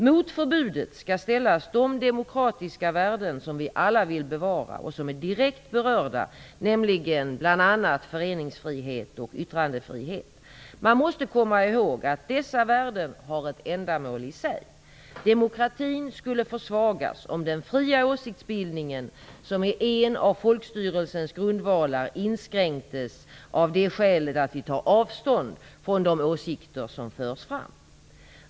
Mot förbudet skall ställas de demokratiska värden som vi alla vill bevara och som är direkt berörda, bl.a. föreningsfrihet och yttrandefrihet. Man måste komma ihåg att dessa värden har ett ändamål i sig. Demokratin skulle försvagas om den fria åsiktsbildningen, som är en av folkstyrelsens grundvalar, inskränktes av det skälet att vi tar avstånd från de åsikter som förs fram.